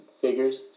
figures